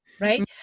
right